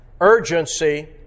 Urgency